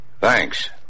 Thanks